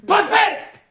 Pathetic